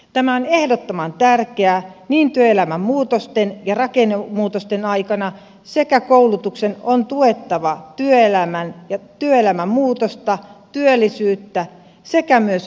tämä on ehdottoman tärkeää niin työelämän muutosten kuin rakennemuutosten aikana ja koulutuksen on tuettava työelämän muutosta työllisyyttä sekä myös aluekehitystä